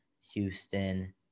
Houston